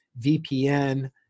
VPN